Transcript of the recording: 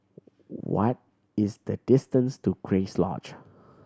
what is the distance to Grace Lodge